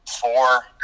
four